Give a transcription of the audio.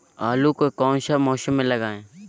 आलू को कौन सा मौसम में लगाए?